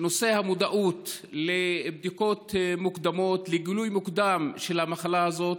נושא המודעות לבדיקות מוקדמות לגילוי מוקדם של המחלה הזאת,